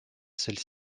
celle